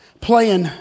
playing